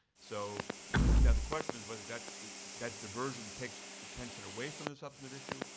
so now the question is whether that that diversion takes attention away from the substantive issue,